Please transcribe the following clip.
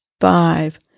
five